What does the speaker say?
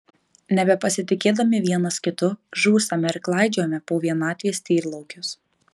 nebepasitikėdami vienas kitu žūstame ir klaidžiojame po vienatvės tyrlaukius